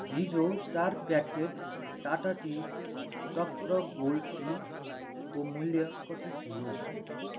हिजो चार packet Tata tea Chakra gold टीको मूल्य कति थियो